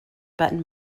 button